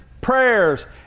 prayers